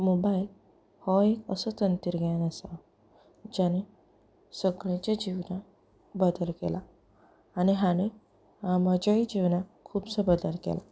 mobile हो एक असो तंत्रज्ञान आसा जाणें सगळ्याच्या जिवनांत बदल केला आनी हांणी म्हज्याय जिवनांत खुबसो बदल केला